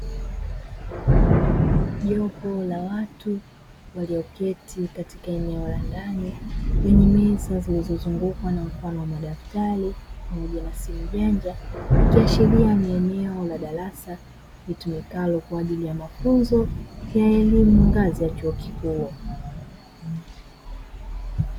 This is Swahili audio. Jopo la watu walioketi katika eneo la ndani lenye meza zilizozungukwa na mfano wa madaftari pamoja na simu janja, ikiashiria ni eneo la darasa litumiwalo kwa ajili ya mafunzo ya elimu ngazi ya chuo kikuu.